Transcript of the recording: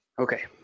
Okay